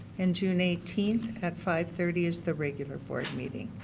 in june eighteen at five thirty is the regular board meeting.